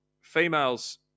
females